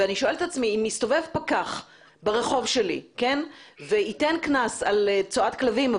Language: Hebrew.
ואני שואלת את עצמי אם יסתובב פקח ברחוב שלי וייתן קנס על צואת כלבים,